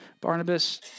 Barnabas